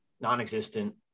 non-existent